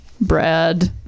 Brad